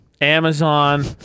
Amazon